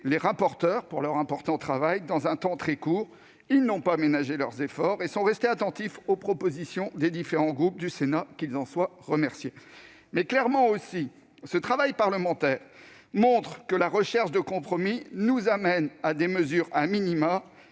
les rapporteurs pour leur important travail, dans un temps très court. Ils n'ont pas ménagé leurs efforts et sont restés attentifs aux propositions des différents groupes du Sénat ; qu'ils en soient remerciés. Toutefois, ce travail parlementaire montre que la recherche de compromis nous amène à des mesures,